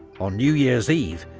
on new year's eve,